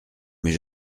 mais